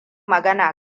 magana